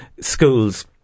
schools